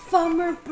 Farmer